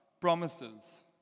promises